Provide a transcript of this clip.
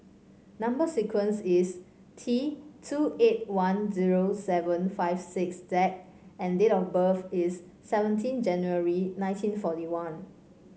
number sequence is T two eight one zero seven five six Z and date of birth is seventeen January nineteen forty one